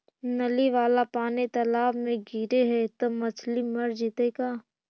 नली वाला पानी तालाव मे गिरे है त मछली मर जितै का?